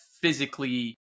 physically